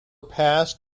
passed